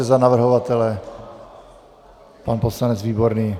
Za navrhovatele pan poslanec Výborný.